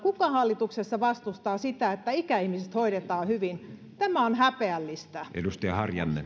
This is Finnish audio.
kuka hallituksessa vastustaa sitä että ikäihmiset hoidetaan hyvin tämä on häpeällistä